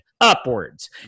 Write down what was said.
upwards